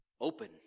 Open